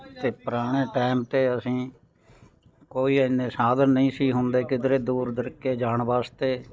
ਅਤੇ ਪੁਰਾਣੇ ਟਾਇਮ 'ਤੇ ਅਸੀਂ ਕੋਈ ਐਨੇ ਸਾਧਨ ਨਹੀਂ ਸੀ ਹੁੰਦੇ ਕਿਧਰੇ ਦੂਰ ਦਰੀਕੇ ਜਾਣ ਵਾਸਤੇ